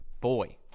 boy